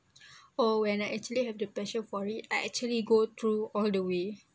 oh when I actually have the passion for it I actually go through all the way